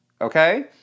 Okay